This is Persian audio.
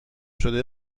شده